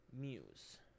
muse